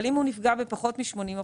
אבל אם הוא נפגע בפחות מ-80%,